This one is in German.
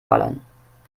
ballern